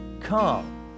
come